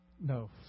No